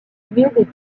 dédiée